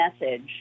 message